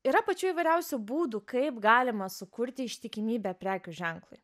yra pačių įvairiausių būdų kaip galima sukurti ištikimybę prekių ženklui